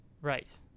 Right